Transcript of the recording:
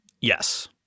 yes